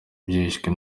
bishwe